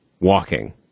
walking